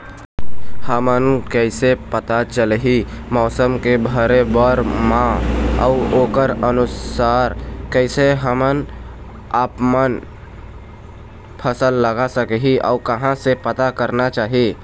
हमन कैसे पता चलही मौसम के भरे बर मा अउ ओकर अनुसार कैसे हम आपमन फसल लगा सकही अउ कहां से पता करना चाही?